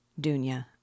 Dunya